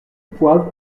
poivre